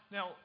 Now